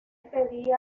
pedía